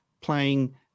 playing